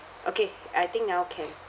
okay I think now can